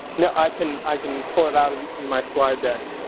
no i can i can pull it out um in my slide deck.